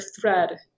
thread